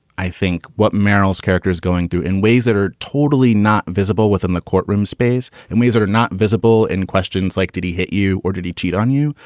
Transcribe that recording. i think what merrills character is going through in ways that are totally not visible within the courtroom space, in ways that are not visible in questions like did he hit you or did he cheat on you?